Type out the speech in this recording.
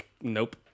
Nope